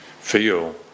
Feel